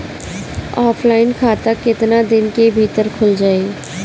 Offline खाता केतना दिन के भीतर खुल जाई?